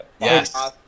Yes